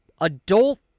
adult